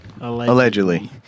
Allegedly